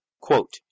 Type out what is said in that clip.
quote